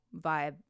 vibe